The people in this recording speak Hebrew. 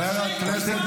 זאת עובדה.